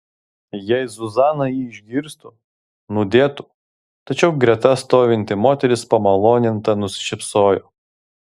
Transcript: jei zuzana jį išgirstų nudėtų tačiau greta stovinti moteris pamaloninta nusišypsojo